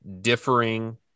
Differing